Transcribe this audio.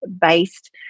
based